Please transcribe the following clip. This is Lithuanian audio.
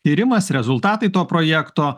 tyrimas rezultatai to projekto